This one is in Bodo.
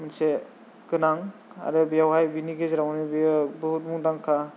मोनसे गोनां आरो बेवहाय बेनि गेजेरावहाय बेयाव बहुद मुंदांखा